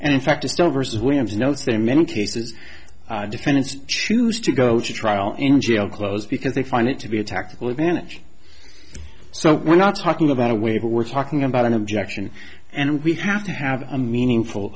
and in fact to still versus williams notes that in many cases defendants choose to go to trial in jail clothes because they find it to be a tactical advantage so we're not talking about a waiver we're talking about an objection and we have to have a meaningful